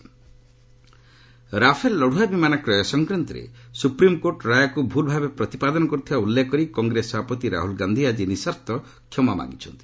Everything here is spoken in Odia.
ଏସ୍ସି ରାହୁଲ ରାଫେଲ ରାଫେଲ ଲଢ଼ୁଆ ବିମାନ କ୍ରୟ ସଂକ୍ରାନ୍ତରେ ସୁପ୍ରିମକୋର୍ଟ ରାୟକୁ ଭୁଲ୍ ଭାବେ ପ୍ରତିପାଦନ କରିଥିବା ଉଲ୍ଲେଖ କରି କଂଗ୍ରେସ ସଭାପତି ରାହୁଲ ଗାନ୍ଧୀ ଆଜି ନିଃସର୍ତ୍ତ କ୍ଷମା ମାଗିଛନ୍ତି